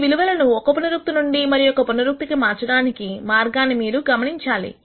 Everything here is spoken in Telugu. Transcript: మీ విలువలను ఒక పునరుక్తి నుండి నుండి మరొక పునరుక్తి కి మార్చడానికి మార్గాన్ని మీరు గమనించాలి